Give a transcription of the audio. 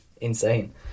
Insane